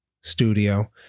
studio